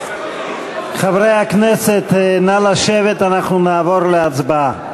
חברי הכנסת, נא לשבת, אנחנו נעבור להצבעה.